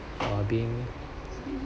uh being